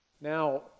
Now